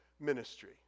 ministry